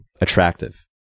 attractive